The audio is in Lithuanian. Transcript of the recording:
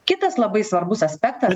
kitas labai svarbus aspektas